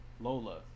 Lola